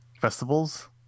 festivals